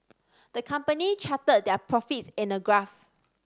the company charted their profits in a graph